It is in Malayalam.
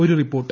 ഒരു റിപ്പോർട്ട്